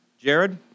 Jared